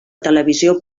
televisió